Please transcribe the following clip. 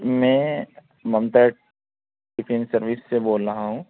میں Mamta chicken service سے بول رہا ہوں